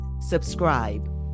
subscribe